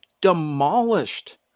demolished